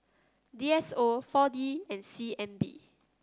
D S O four D and C N B